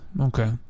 Okay